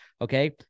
Okay